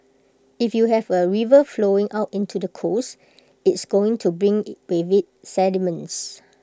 if you have A river flowing out into the coast it's going to bring with IT sediments